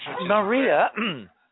Maria